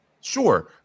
Sure